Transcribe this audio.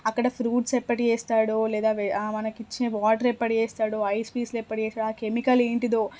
అక్కడ ఫ్రూట్స్ ఎప్పటివి వేస్తాడో లేదా వె మనకు ఇచ్చిన వాటర్ ఎప్పటిది వేస్తాడో ఐస్ పీస్లు ఎప్పటివి వేస్తాడో ఆ కెమికల్ ఏంటిదో